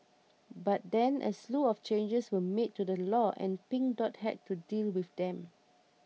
but then a slew of changes were made to the law and Pink Dot had to deal with them